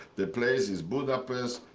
the place is budapest,